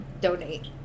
donate